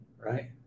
right